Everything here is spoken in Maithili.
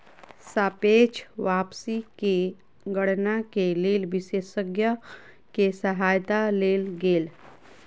सापेक्ष वापसी के गणना के लेल विशेषज्ञ के सहायता लेल गेल